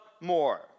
more